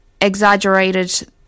exaggerated